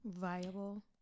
Viable